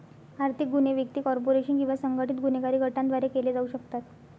आर्थिक गुन्हे व्यक्ती, कॉर्पोरेशन किंवा संघटित गुन्हेगारी गटांद्वारे केले जाऊ शकतात